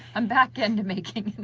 i'm back into making.